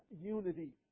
unity